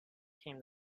came